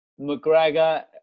McGregor